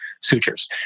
sutures